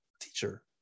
teacher